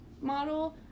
model